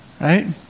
Right